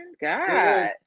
God